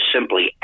simply